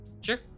Sure